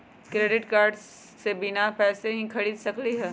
Credit card से बिना पैसे के ही खरीद सकली ह?